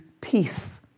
peace